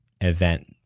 event